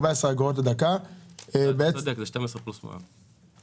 זה 12 פלוס מע"מ.